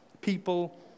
people